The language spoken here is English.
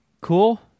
cool